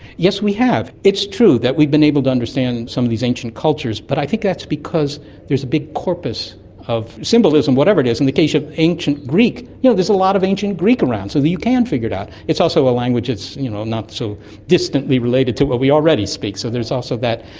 yes, we have. it's true that we've been able to understand some of these ancient cultures, but i think that's because there's a big corpus of symbolism, whatever it is. in the case of ancient greek, you know there's a lot of ancient greek around so that you can figure it out. it's also a language that is you know not so distantly related to what we already speak, so there's also that.